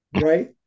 Right